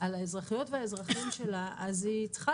על האזרחיות והאזרחים שלה אז היא צריכה